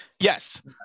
Yes